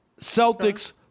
Celtics